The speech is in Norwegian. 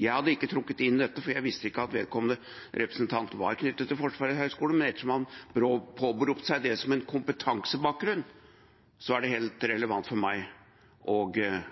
Jeg ville ikke ha trukket inn dette, for jeg visste ikke at vedkommende representant var knyttet til Forsvarets høgskole. Men ettersom han påberopte seg det som en kompetansebakgrunn, er det helt relevant for meg